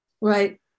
Right